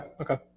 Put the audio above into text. Okay